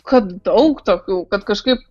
kad daug tokių kad kažkaip